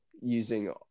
using